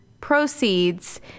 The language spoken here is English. proceeds